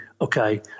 okay